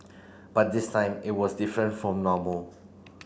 but this time it was different from normal